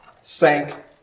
sank